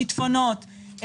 שיטפונות,